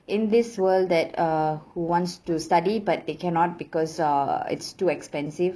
in this world that uh who wants to study but they cannot because uh it's too expensive